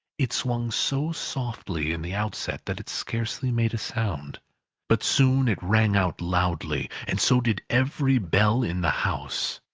it swung so softly in the outset that it scarcely made a sound but soon it rang out loudly, and so did every bell in the house.